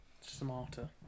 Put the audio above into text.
Smarter